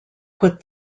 put